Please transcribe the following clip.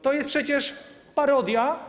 To jest przecież parodia.